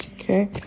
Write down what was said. okay